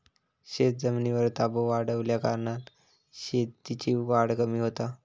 शेतजमिनीर ताबो वाढल्याकारणान शेतीची वाढ कमी होता